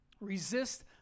Resist